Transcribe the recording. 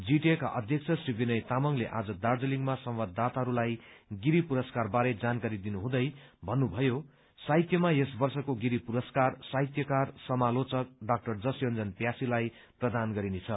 जीटीएका अध्यक्ष श्री विनय तामाङले आज दार्जीलिङमा संवाददाताहरूलाई गिरी पुरसकार बारे जानकारी दिनुहुँदै भन्नुभयो साहित्यमा यस वर्षको गिरी पुरस्कार साहित्यकार समालोचनक डा जस योन्जन प्यासीलाई प्रदान गरिने छ